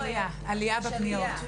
יש עלייה בפניות.